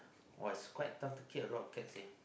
!wah! it's quite tough to keep a lot of cats seh